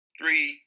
three